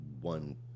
one